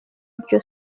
iryo